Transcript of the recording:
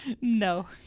No